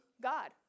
God